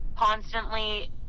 constantly